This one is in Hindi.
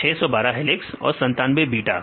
612 हेलिक्स और 97 बीटा